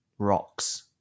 rocks